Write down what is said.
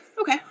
Okay